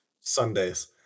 Sundays